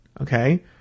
okay –